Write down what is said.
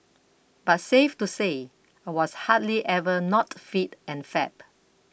but safe to say I was hardly ever not fit and fab